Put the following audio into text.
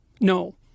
no